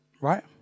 Right